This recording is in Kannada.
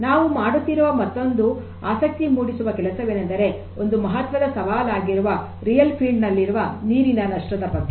ನಾವು ಮಾಡುತ್ತಿರುವ ಮತ್ತೊಂದು ಆಸಕ್ತಿ ಮೂಡಿಸುವ ಕೆಲಸವೇನೆಂದರೆ ಒಂದು ಮಹತ್ವದ ಸವಾಲಾಗಿರುವ ರಿಯಲ್ ಫೀಲ್ಡ್ ನೆಟ್ವರ್ಕ್ ನಲ್ಲಿರುವ ನೀರಿನ ನಷ್ಟದ ಬಗ್ಗೆ